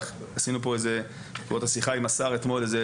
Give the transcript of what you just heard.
עשינו בעקבות השיחה עם השר אתמול איזה